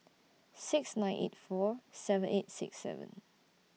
six nine eight four seven eight six seven